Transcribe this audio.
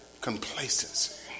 complacency